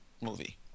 movie